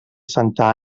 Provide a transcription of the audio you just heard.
santa